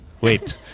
Wait